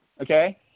okay